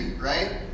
right